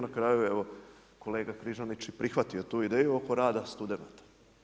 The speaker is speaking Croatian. Na kraju je evo kolega Križanić prihvatio tu ideju oko rada studenata.